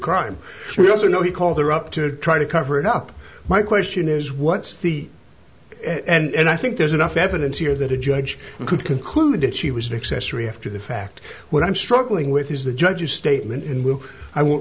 crime yes or no he called her up to try to cover it up my question is what's the and i think there's enough evidence here that a judge could conclude that she was an accessory after the fact what i'm struggling with is the judge's statement and will i won't